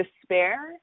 despair